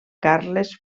carles